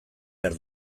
behar